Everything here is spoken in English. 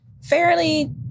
fairly